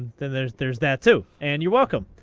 then there's there's that too. and you're welcome.